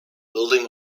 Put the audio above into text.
building